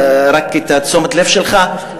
רק את תשומת הלב שלך,